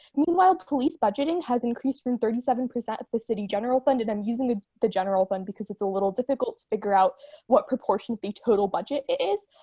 meanwhile police budgeting has increased from thirty seven percent at the city general fund, and i'm using the the general fund because it's a little difficult to figure out what proportion of the total budget it is,